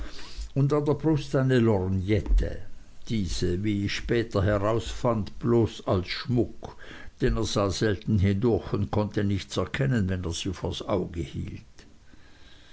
und an der brust eine lorgnette diese wie ich später herausfand bloß als schmuck denn er sah selten hindurch und konnte nichts erkennen wenn er sie vors auge hielt